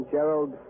Gerald